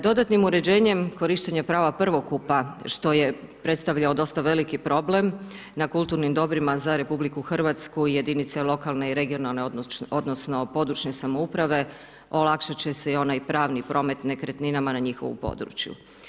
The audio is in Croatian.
Dodatnim uređenjem korištenje prava prvokupa, što je predstavljao dosta veliki problem na kulturnim dobrima za RH, jedinice lokalne i regionalne, odnosno područne samouprave olakšat će si onaj pravni promet nekretninama na njihovom području.